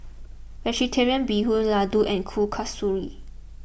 Vegetarian Bee Hoon Laddu and Kuih Kasturi